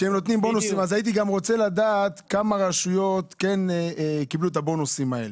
הייתי רוצה לדעת כמה רשויות קיבלו את הבונוסים האלה,